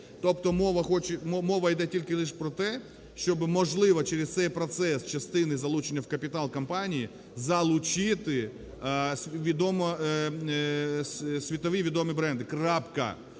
Тобто мова іде тільки лиш про те, щоби, можливо, через цей процес частини залучення в капітал компанії залучити світові відомі бренди.